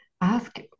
ask